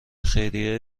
خیریه